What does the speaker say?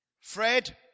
Fred